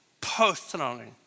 personally